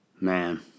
Man